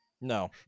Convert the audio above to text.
No